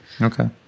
Okay